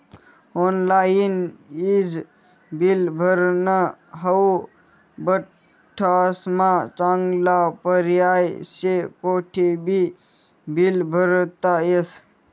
online ईज bill भरनं हाऊ बठ्ठास्मा चांगला पर्याय शे, कोठेबी बील भरता येस